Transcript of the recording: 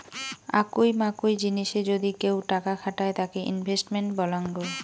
আকুই মাকুই জিনিসে যদি কেউ টাকা খাটায় তাকে ইনভেস্টমেন্ট বলাঙ্গ